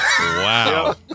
Wow